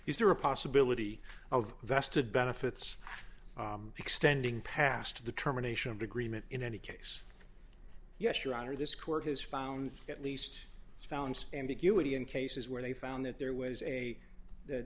is there a possibility of vested benefits extending past determination and agreement in any case yes your honor this court has found at least found ambiguity in cases where they found that there was a that